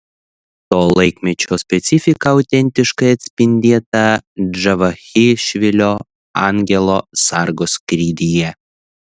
to laikmečio specifika autentiškai atspindėta džavachišvilio angelo sargo skrydyje